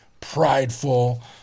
prideful